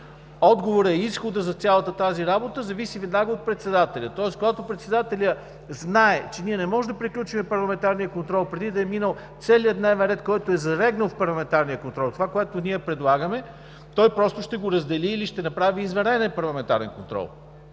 Отговорът е: изходът за цялата тази работа зависи веднага от председателя. Тоест, когато председателят знае, че ние не можем да приключим парламентарния контрол преди да е минал целият дневен ред, залегнал в парламентарния контрол – това, което предлагаме, той просто ще го раздели или ще направи извънреден парламентарен контрол.